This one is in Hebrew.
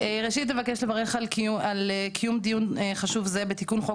ראשית נבקש לברך על קיום דיון חשוב זה בתיקון חוק